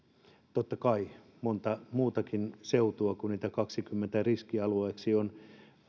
totta kai on monta muutakin seutua kun niitä kahdeksikymmeneksi riskialueeksi on